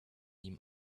him